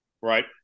Right